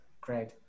Great